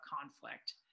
conflict